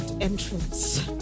entrance